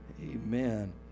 Amen